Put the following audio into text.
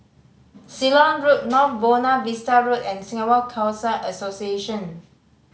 Ceylon Road North Buona Vista Road and Singapore Khalsa Association